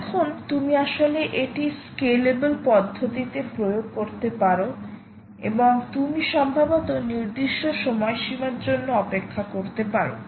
এখন তুমি আসলে এটি স্কেলেবল পদ্ধতিতে প্রয়োগ করতে পারো এবং তুমি সম্ভবত নির্দিষ্ট সময়সীমা জন্য অপেক্ষা করতে পারো